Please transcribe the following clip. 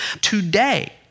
Today